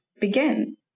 begin